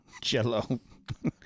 Jell-O